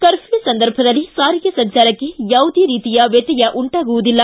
curfew ಸಂದರ್ಭದಲ್ಲಿ ಸಾರಿಗೆ ಸಂಚಾರಕ್ಕೆ ಯಾವುದೇ ರೀತಿಯ ವ್ಯತ್ಯಯ ಉಂಟಾಗುವುದಿಲ್ಲ